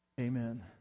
amen